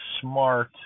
smart